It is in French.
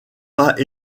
pas